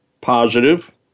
positive